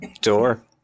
door